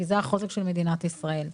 כי זה החוזק של מדינת ישראל.